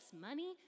money